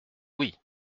oui